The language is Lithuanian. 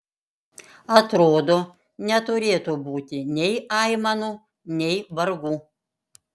atrodo neturėtų būti nei aimanų nei vargų